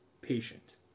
patient